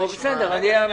רגע,